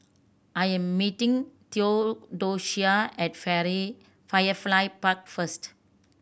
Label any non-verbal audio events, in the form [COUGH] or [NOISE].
I am meeting Theodocia at [UNINTELLIGIBLE] Firefly Park first